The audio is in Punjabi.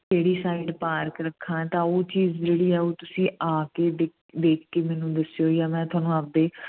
ਕਿਹੜੀ ਸਾਈਡ ਪਾਰਕ ਰੱਖਾਂ ਤਾਂ ਉਹ ਚੀਜ਼ ਜਿਹੜੀ ਆ ਉਹ ਤੁਸੀਂ ਆ ਕੇ ਦੇਖ ਕੇ ਮੈਨੂੰ ਦੱਸਿਓ ਜਾ ਮੈਂ ਤੁਹਾਨੂੰ ਆਪਦੇ